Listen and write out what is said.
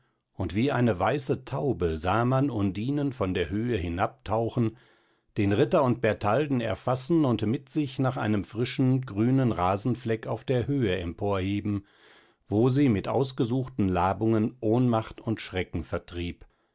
und wie eine weiße taube sah man undinen von der höhe hinabtauchen den ritter und bertalden erfassen und mit sich nach einem frischen grünen rasenfleck auf der höhe emporheben wo sie mit ausgesuchten labungen ohnmacht und schrecken vertrieb